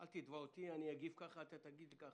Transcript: "אל תתבע אותי, אני אגיב כך, אתה תגיד כך".